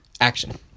action